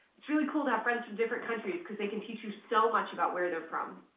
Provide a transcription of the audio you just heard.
it's really cool to have friends from different countries, cause they can teach you so much about where they're from.